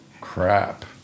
crap